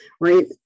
right